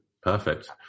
Perfect